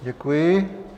Děkuji.